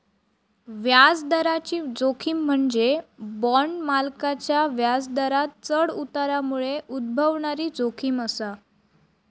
व्याजदराची जोखीम म्हणजे बॉण्ड मालकांका व्याजदरांत चढ उतारामुळे उद्भवणारी जोखीम असा